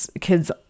kids